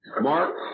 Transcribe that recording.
Mark